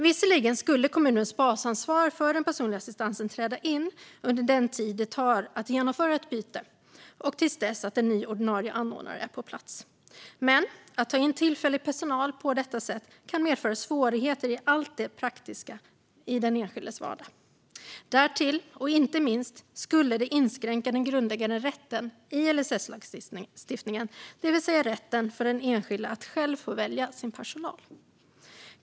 Visserligen skulle kommunens basansvar för den personliga assistansen träda in under den tid det tar att genomföra ett byte och tills en ny ordinarie anordnare är på plats. Men att ta in tillfällig personal på detta sätt kan medföra svårigheter i allt det praktiska i den enskildes vardag. Därtill, och inte minst, skulle det inskränka den grundläggande rätten i LSS-lagstiftningen, det vill säga rätten för den enskilde att själv få välja sin personal.